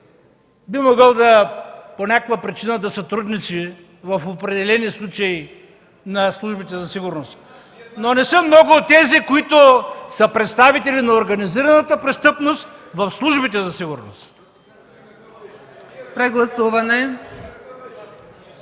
би могъл по някаква причина да сътрудничи в определени случаи на службите за сигурност (реплики от ГЕРБ), но не са много тези, които са представители на организираната престъпност в службите за сигурност. (Силен